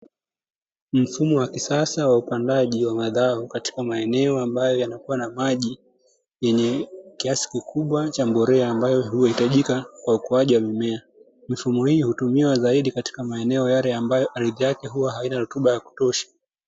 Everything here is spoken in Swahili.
Mfumo wa kisasa wa upandaji wa mazao katika maeneo ambayo yanakuwa na maji yenye kiasi kikubwa cha mbolea ambayo huhitajika kwa ukuaji wa mimea, mifumo hii hutumiwa zaidi katika maeneo yale ambayo ardhi yake huwa haina rutuba ya kutosha.